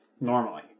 normally